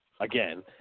again